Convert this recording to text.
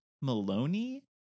Maloney